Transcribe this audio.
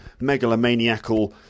megalomaniacal